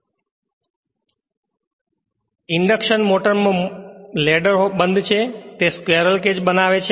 તેથી ઇન્ડક્શન મોટરમાં લેડર બંધ છે તે સ્ક્વેરલ કેજ બનાવે છે